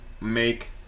make